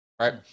Right